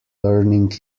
learning